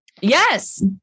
Yes